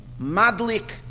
Madlik